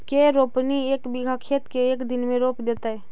के रोपनी एक बिघा खेत के एक दिन में रोप देतै?